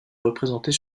représentée